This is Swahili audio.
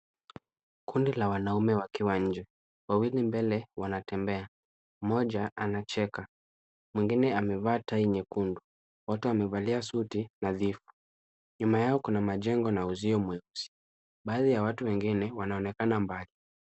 Kundi la wanaume wakiwa nje. Wawili mbele wanatembea, mmoja anacheka, mwingine amevaa tai nyekundu. Wote wamevalia suti nadhifu. Nyuma yao kuna majengo na uzio mweusi. Baadhi ya watu wengine wanaonekana mbali.